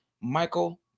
Michael